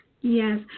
Yes